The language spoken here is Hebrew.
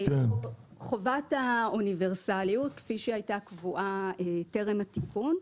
חובת האוניברסליות כפי שהייתה קבועה טרם התיקון,